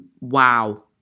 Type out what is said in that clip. Wow